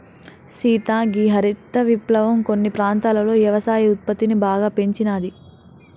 సీత గీ హరిత విప్లవం కొన్ని ప్రాంతాలలో యవసాయ ఉత్పత్తిని బాగా పెంచినాది